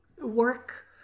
work